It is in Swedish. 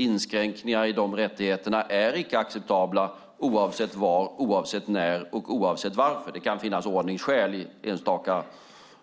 Inskränkningarna i de rättigheterna är icke acceptabla oavsett var, oavsett när och oavsett varför. Det kan finnas ordningsskäl i